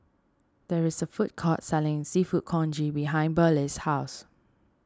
there is a food court selling Seafood Congee behind Burleigh's house